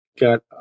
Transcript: got